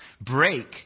break